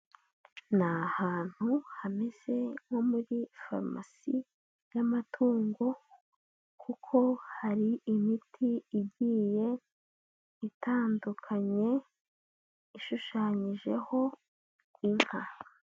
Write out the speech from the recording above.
Ni ahantu hameze nko muri farumasi y'amatungo kuko hari imiti igiye itandukanye ishushanyijeho inka.